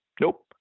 nope